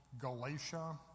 Galatia